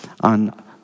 on